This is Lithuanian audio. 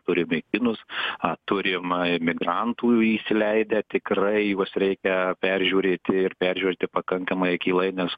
turime kinus a turim imigrantų įsileidę tikrai juos reikia peržiūrėti ir peržvelgti pakankamai akylai nes